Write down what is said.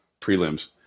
prelims